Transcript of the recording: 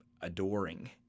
adoring